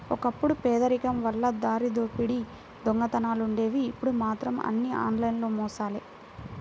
ఒకప్పుడు పేదరికం వల్ల దారిదోపిడీ దొంగతనాలుండేవి ఇప్పుడు మాత్రం అన్నీ ఆన్లైన్ మోసాలే